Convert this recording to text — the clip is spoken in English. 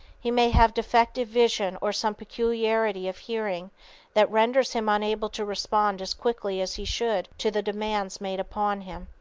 he may have defective vision or some peculiarity of hearing that renders him unable to respond as quickly as he should to the demands made upon him.